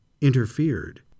interfered